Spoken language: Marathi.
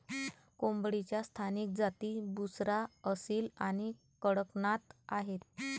कोंबडीच्या स्थानिक जाती बुसरा, असील आणि कडकनाथ आहेत